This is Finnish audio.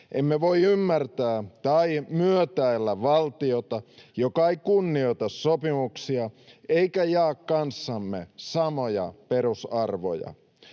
Emme voi ymmärtää tai myötäillä valtiota, joka ei kunnioita sopimuksia eikä jaa kanssamme samoja perusarvoja.